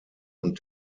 und